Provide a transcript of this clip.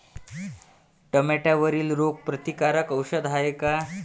टमाट्यावरील रोग प्रतीकारक औषध हाये का?